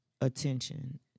attention